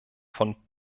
von